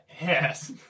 Yes